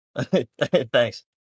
Thanks